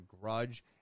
grudge